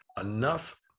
enough